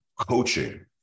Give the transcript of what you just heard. coaching